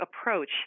approach